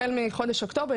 החל מחודש אוקטובר,